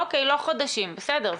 אוקיי, לא חודשים, בסדר.